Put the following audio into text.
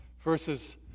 verses